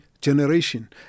generation